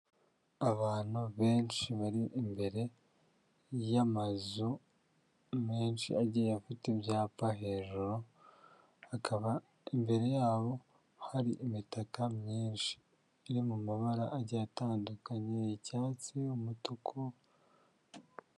Abantu benshi bari imbere y'amazu menshi, agiye afite ibyapa hejuru, akaba imbere yabo hari imitaka myinshi, iri mu mabara agiye atandukanye, icyatsi, umutuku.